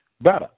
better